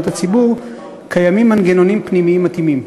הציבור קיימים מנגנונים פנימיים מתאימים.